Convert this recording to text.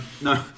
No